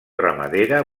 ramadera